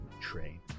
train